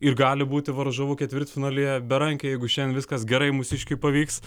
ir gali būti varžovu ketvirtfinalyje berankiui jeigu šiam viskas gerai mūsiškiui pavyks